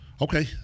Okay